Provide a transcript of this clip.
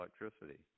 electricity